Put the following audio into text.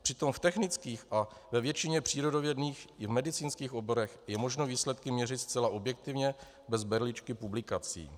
Přitom v technických a ve většině přírodovědných i v medicínských oborech je možno výsledky měřit zcela objektivně bez berličky publikací.